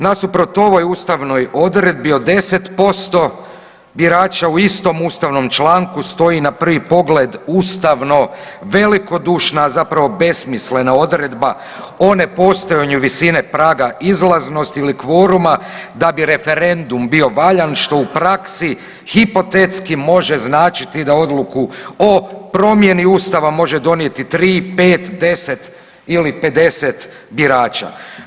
Nasuprot ovoj ustavnoj odredbi od 10% birača u istom ustavnom članku stoji na prvi pogled ustavno velikodušna zapravo besmislena odredba o ne postojanju visine praga izlaznosti ili kvoruma da bi referendum bio valjan što u praksi hipotetski može značiti da odluku o promjeni Ustava može donijeti 3, 5, 10 ili 50 birača.